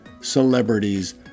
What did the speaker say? celebrities